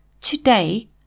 Today